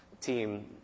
team